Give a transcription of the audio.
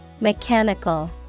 Mechanical